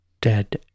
Dead